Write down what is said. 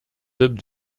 dub